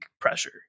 pressure